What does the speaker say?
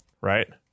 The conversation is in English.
Right